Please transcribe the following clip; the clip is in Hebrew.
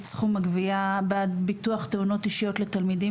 סכום הגבייה בביטוח תאונות אישיות לתלמידים,